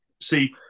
See